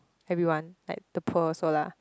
everyone like the poor also lah